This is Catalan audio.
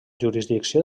jurisdicció